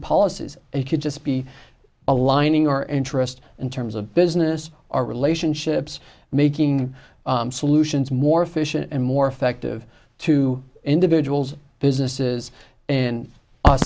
policies and it could just be aligning our interest in terms of business or relationships making solutions more efficient and more effective to individuals businesses and u